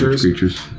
creatures